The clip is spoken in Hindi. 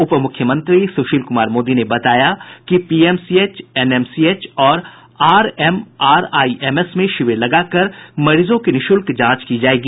उपमुख्यमंत्री सुशील कुमार मोदी ने बताया कि पीएमसीएच एनएमसीएच और आरएमआरआईएमएस में शिविर लगाकर मरीजों की निःशुल्क जांच की जायेगी